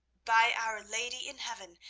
by our lady in heaven,